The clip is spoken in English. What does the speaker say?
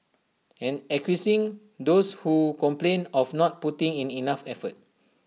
and accusing those who complained of not putting in enough effort